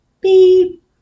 Beep